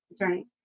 attorney